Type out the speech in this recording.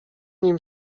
nim